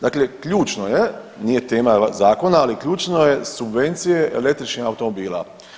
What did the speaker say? Dakle, ključno je, nije tema zakona, ali ključno je subvencije električnih automobila.